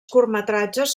curtmetratges